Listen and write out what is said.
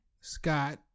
Scott